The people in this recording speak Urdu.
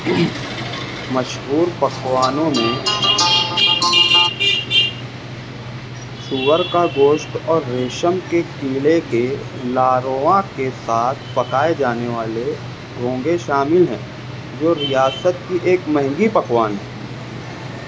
مشہور پکوانوں میں سور کا گوشت اور ریشم کے کیڑے کے لاروا کے ساتھ پکائے جانے والے گھونگھے شامل ہیں جو ریاست کی ایک مہنگی پکوان ہے